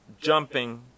jumping